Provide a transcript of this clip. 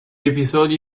episodi